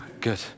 Good